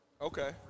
Okay